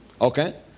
Okay